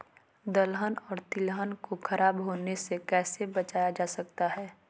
दलहन और तिलहन को खराब होने से कैसे बचाया जा सकता है?